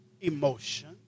emotion